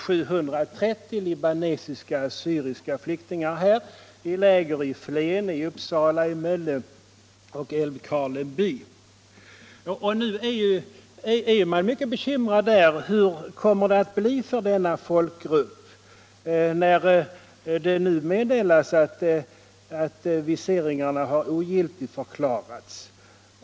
730 libanesiska assyriska flyktingar här — på läger i Flen. Uppsala, Mölle och Älvkarleby - och man är nu mycket bekymrad där över hur det kommer att bli för denna folkgrupp. sedan det meddelats att viseringarna ogiltigförklarats.